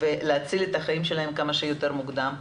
ולהציל את חייהן כמה שיותר מוקדם,